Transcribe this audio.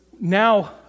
now